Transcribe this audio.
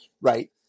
Right